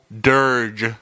dirge